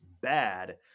bad